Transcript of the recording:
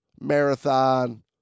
Marathon